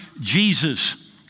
Jesus